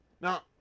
Now